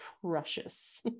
precious